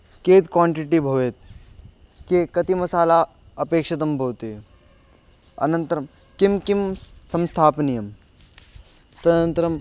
कियत् क्वाण्टिटि भवेत् किं कति मसाला अपेक्षिता भवति अनन्तरं किं किं संस्थापनीयं तदनन्तरं